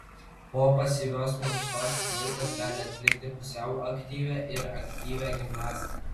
po pasyvios mankštos vaikas gali atlikti pusiau aktyvią ir aktyvią gimnastiką